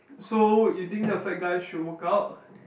so you think the fat guy should work out